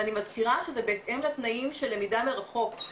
ואני מזכירה שזה בהתאם לתנאים של למידה מרחוק.